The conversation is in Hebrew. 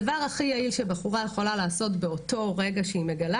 הדבר הכי יעיל שבחורה יכולה לעשות באותו רגע שהיא מגלה